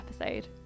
episode